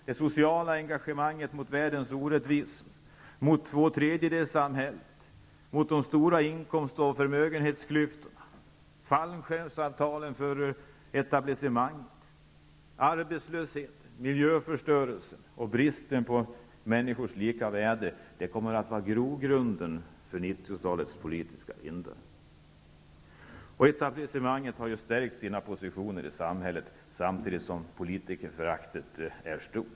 Det sociala engagemanget mot världens orättvisor, tvåtredjedelssamhället, de stora inkomstoch förmögenhetsklyftorna, fallskärmsavtalen för etablissemanget, arbetslösheten, miljöförstörelsen och bristen på människors lika värde, kommer att vara grogrunden för 1990-talets politiska vindar. Etablisemanget har stärkt sina positioner i samhället, samtidigt som politikerföraktet är stort.